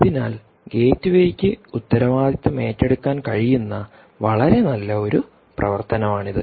അതിനാൽ ഗേറ്റ്വേയ്ക്ക് ഉത്തരവാദിത്തം ഏറ്റെടുക്കാൻ കഴിയുന്ന വളരെ നല്ല ഒരു പ്രവർത്തനമാണിത്